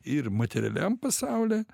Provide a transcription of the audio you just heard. ir materialiam pasaule